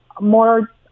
more